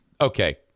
Okay